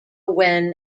when